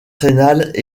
rénale